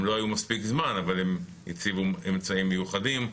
הם לא היו מספיק זמן אבל הם הציבו אמצעים מיוחדים.